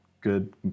good